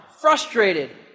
frustrated